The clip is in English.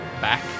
back